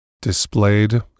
displayed